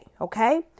Okay